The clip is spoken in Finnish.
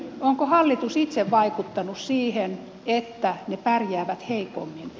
onko hallitus itse vaikuttanut siihen että ne pärjäävät heikommin